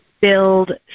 build